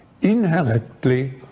inherently